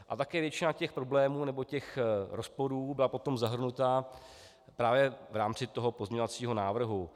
A také většina těch problémů nebo těch rozporů byla potom zahrnuta právě v rámci toho pozměňovacího návrhu.